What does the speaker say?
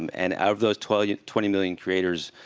um and of those twenty twenty million creators,